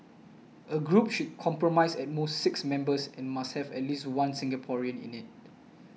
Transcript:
a group should comprise at most six members and must have at least one Singaporean in it